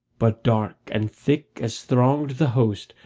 but dark and thick as thronged the host,